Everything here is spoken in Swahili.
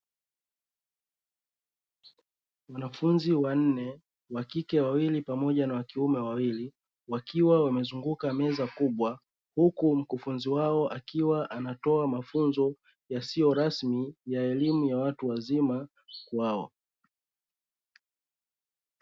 Wanafunzi wanne wakike wawili pamoja na wa kiume wawili, wakiwa wamezunguka meza kubwa, huku mkufunzi wao akiwa anatoa mafunzo yasiyo rasmi ya elimu ya watu wazima kwako.